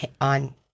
on